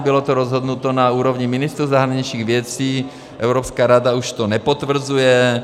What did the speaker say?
Bylo to rozhodnuto na úrovni ministrů zahraničních věcí, Evropská rada to už nepotvrzuje.